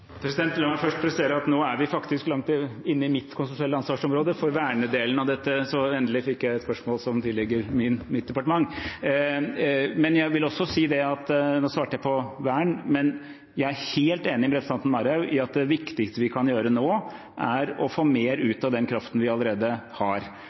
La meg først presisere at nå er vi faktisk langt inne i mitt konstitusjonelle ansvarsområde, vernedelen av dette, så endelig fikk jeg et spørsmål som tilligger mitt departement! Nå svarte jeg på vern, men jeg er helt enig med representanten Marhaug i at det viktigste vi kan gjøre nå, er å få mer